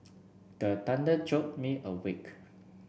the thunder jolt me awake